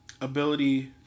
ability